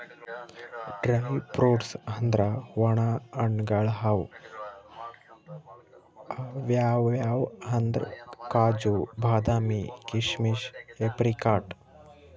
dry fruits ಅಂದ್ರ ವಣ ಹಣ್ಣ್ಗಳ್ ಅವ್ ಯಾವ್ಯಾವ್ ಅಂದ್ರ್ ಕಾಜು, ಬಾದಾಮಿ, ಕೀಶಮಿಶ್, ಏಪ್ರಿಕಾಟ್